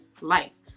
life